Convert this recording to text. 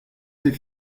c’est